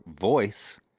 voice